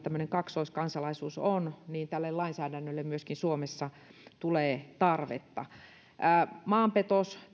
tämmöinen kaksoiskansalaisuus on palaamisen suhteen tälle lainsäädännölle myöskin suomessa tulee tarvetta maanpetos